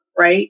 right